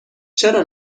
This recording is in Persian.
چرا